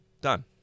Done